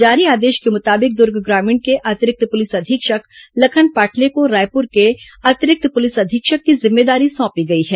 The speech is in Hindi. जारी आदेश के मुताबिक दुर्ग ग्रामीण के अतिरिक्त पुलिस अधीक्षक लखन पाटले को रायपुर के अतिरिक्त पुलिस अधीक्षक की जिम्मेदारी सौंपी गई है